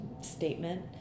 statement